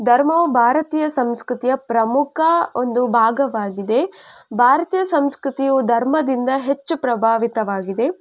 ಧರ್ಮವು ಭಾರತೀಯ ಸಂಸ್ಕೃತಿಯ ಪ್ರಮುಖ ಒಂದು ಭಾಗವಾಗಿದೆ ಭಾರತೀಯ ಸಂಸ್ಕೃತಿಯು ಧರ್ಮದಿಂದ ಹೆಚ್ಚು ಪ್ರಭಾವಿತವಾಗಿದೆ